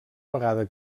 vegada